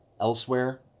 elsewhere